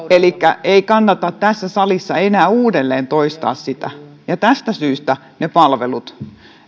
elikkä ei kannata tässä salissa enää uudelleen toistaa sitä tästä syystä ne palvelut